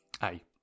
hey